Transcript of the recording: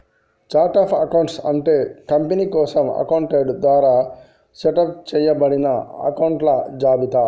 chart of accounts అంటే company కోసం accountant ద్వారా సెటప్ చేయబడిన అకొంట్ల జాబితా